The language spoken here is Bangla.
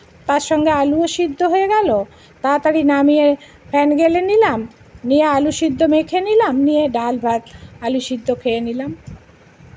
তার সঙ্গে আলুও সিদ্ধ হয়ে গেল তাড়াতাড়ি নামিয়ে ফ্যান গেলে নিলাম নিয়ে আলু সিদ্ধ মেখে নিলাম নিয়ে ডাল ভাত আলু সিদ্ধ খেয়ে নিলাম